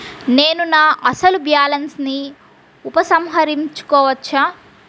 నేను నా అసలు బాలన్స్ ని ఉపసంహరించుకోవచ్చా?